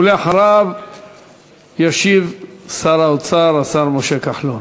ולאחריו ישיב שר האוצר, השר משה כחלון.